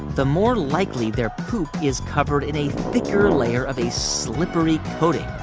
the more likely their poop is covered in a thicker layer of a slippery coating.